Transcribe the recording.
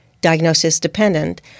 diagnosis-dependent